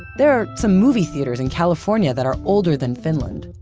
there are some movie theaters in california that are older than finland.